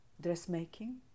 dressmaking